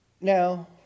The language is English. Now